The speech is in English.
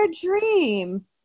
dream